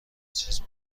چیز